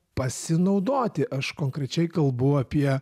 pasinaudoti aš konkrečiai kalbu apie